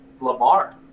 lamar